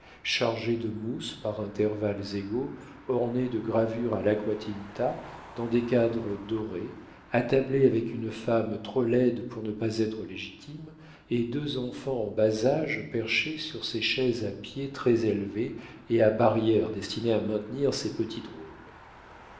chargé de mousses par intervalles égaux ornée de gravures à laqua tinta dans des cadres dorés attablé avec une femme trop laide pour ne pas être légitime et deux enfants en bas âge perchés sur ces chaises à pieds très élevés et à barrière destinées à maintenir ces petits drôles